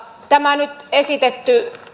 tämä nyt esitetty